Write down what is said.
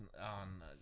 on